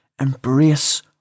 Embrace